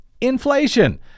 inflation